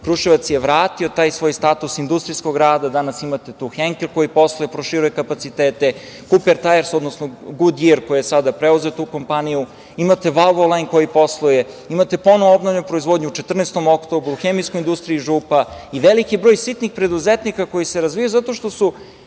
Kruševac je vratio taj svoj status industrijskog grada i danas tu imate „Henkel“, koji posluje i proširuje kapacitete, „Kuper tajres“ odnosno „Gudjir“ koji je sada preuzeo tu kompaniju, imate „Valvolajn“ koji posluje, imate ponovo obnovljenu proizvodnju u „14. oktobru“, hemijsku industriju „Župa“ i veliki broj sitnih preduzetnika koji se razvijaju zato što su